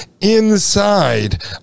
inside